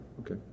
Okay